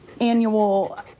annual